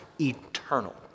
eternal